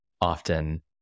often